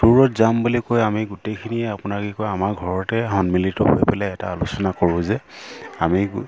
ট্য়ুৰত যাম বুলি কৈ আমি গোটেইখিনিয়ে আপোনাৰ কি কয় আমাৰ ঘৰতে সন্মিলিত হৈ পেলাই এটা আলোচনা কৰোঁ যে আমি